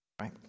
Right